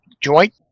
joint